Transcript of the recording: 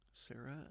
Sarah